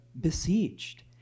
besieged